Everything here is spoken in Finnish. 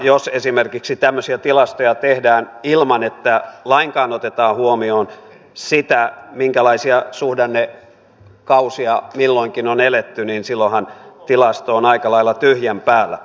jos esimerkiksi tämmöisiä tilastoja tehdään ilman että lainkaan otetaan huomioon sitä minkälaisia suhdannekausia milloinkin on eletty niin silloinhan tilasto on aika lailla tyhjän päällä